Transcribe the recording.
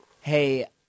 hey